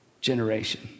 generation